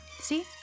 See